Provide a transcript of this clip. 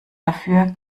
dafür